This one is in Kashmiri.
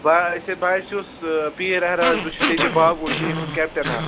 بہٕ ہے بہٕ حظ چھُس پیٖر احراز بہٕ چھُس ییٚتہِ باغُل ٹیٖم ہُنٛد کیٚپٹَن اَکھ